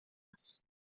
است